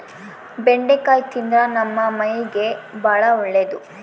ಬೆಂಡಿಕಾಯಿ ತಿಂದ್ರ ನಮ್ಮ ಮೈಗೆ ಬಾಳ ಒಳ್ಳೆದು